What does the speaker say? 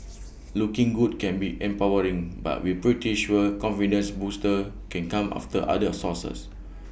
looking good can be empowering but we're pretty sure confidence boosters can come after other sources